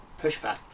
pushback